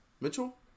Mitchell